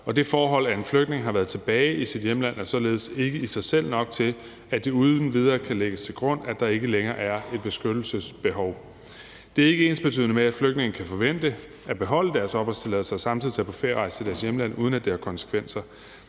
og det forhold, at en flygtning har været tilbage i sit hjemland, er således ikke i sig selv nok til, at det uden videre kan lægges til grund, at der ikke længere er et beskyttelsesbehov. Det er ikke ensbetydende med, at flygtninge kan forvente at beholde deres opholdstilladelse og samtidig tage på ferierejse til deres hjemland, uden at det har konsekvenser.